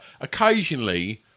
occasionally